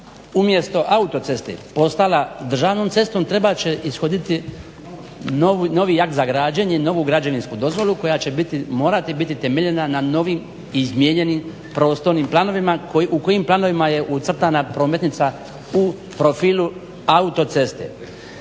umjesto autoceste postala državnom cestom trebat će ishoditi novi jaht za građenje, novu građevinsku dozvolu koja će morati biti temeljena na novim i izmijenjenim prostornim planovima u kojim planovima je ucrtana prometnica u profilu autoceste.